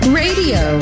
radio